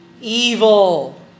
evil